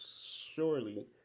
surely